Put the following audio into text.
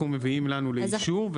אנחנו מביאים לנו לאישור,